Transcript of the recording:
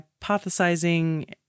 hypothesizing